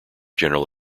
general